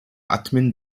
admin